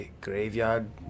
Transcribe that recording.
Graveyard